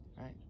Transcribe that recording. Right